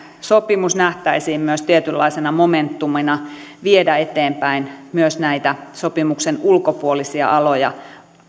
sopimus nähtäisiin myös tietynlaisena momentumina viedä eteenpäin myös näitä sopimuksen ulkopuolisia aloja